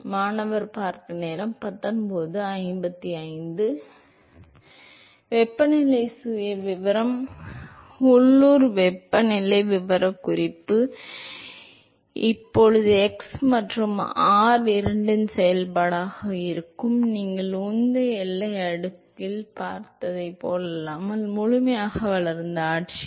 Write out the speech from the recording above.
மாணவர் எனவே வெப்பநிலை சுயவிவரம் உள்ளூர் வெப்பநிலை விவரக்குறிப்பு இப்போது x மற்றும் r இரண்டின் செயல்பாடாக இருக்கும் நீங்கள் உந்த எல்லை அடுக்கில் பார்த்ததைப் போலல்லாமல் முழுமையாக வளர்ந்த ஆட்சியில்